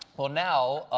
well, now,